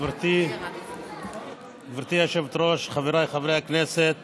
בבקשה, חבר הכנסת